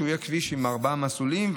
הוא יהיה כביש עם ארבעה מסלולים,